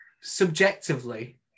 subjectively